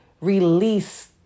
release